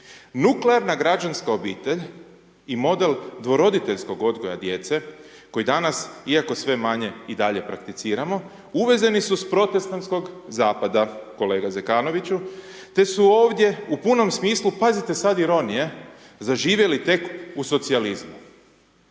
Nuklearna građanska obitelj i model dvoroditeljskog odgoja djece koji danas, iako sve manje i dalje prakticiramo, uvezeni su sa protestanskog zapada kolega Zekanoviću, te su ovdje u punom smislu, pazite sad ironije, zaživjeli tek u socijalizmu.